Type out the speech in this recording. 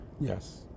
Yes